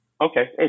Okay